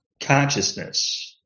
consciousness